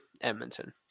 Edmonton